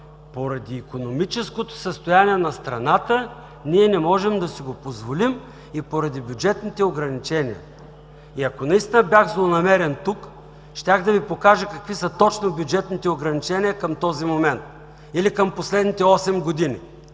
Поради икономическото състояние на страната ние не можем да си го позволим и поради бюджетните ограничения! Ако наистина бях злонамерен тук, щях да Ви покажа какви са точно бюджетните ограничения към този момент или към последните осем години,